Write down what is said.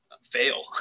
fail